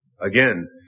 Again